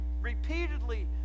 repeatedly